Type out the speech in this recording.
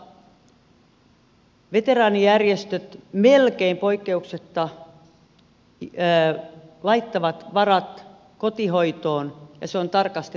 tosiasiassa veteraanijärjestöt melkein poikkeuksetta laittavat varat kotihoitoon ja se on tarkasti laskettu